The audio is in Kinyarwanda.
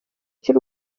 cy’u